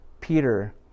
Peter